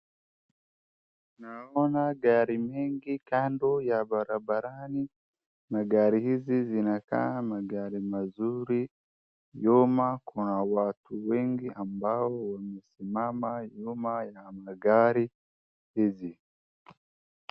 Naona gari mingi kando ya barabarani. Magari hizi zinakaa magari mazuri. Nyuma kuna watu wengi ambao wamesimama nyuma ya magari hizi.